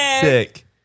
sick